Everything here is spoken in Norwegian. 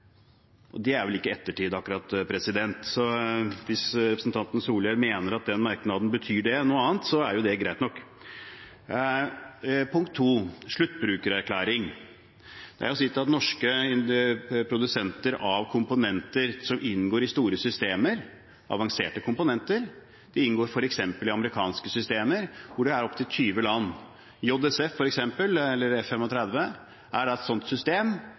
UD.» Det er vel ikke akkurat i ettertid. Hvis representanten Solhjell mener at den merknaden betyr noe annet, er det greit nok. Punkt 2, sluttbrukererklæring: Når det er norske produsenter av avanserte komponenter som inngår i store systemer, f.eks. i amerikanske systemer hvor det er opptil 20 land – JSF f.eks. eller F-35 er system